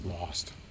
Lost